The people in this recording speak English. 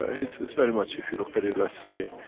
ah it's it's very much if you look at it, let's say,